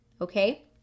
okay